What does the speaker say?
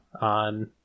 on